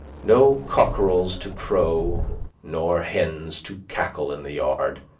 no cockerels to crow nor hens to cackle in the yard.